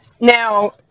now